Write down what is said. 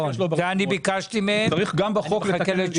ביקשתי מהם ואני מחכה לתשובה.